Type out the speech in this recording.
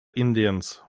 indians